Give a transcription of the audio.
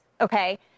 okay